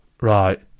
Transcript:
Right